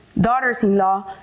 daughters-in-law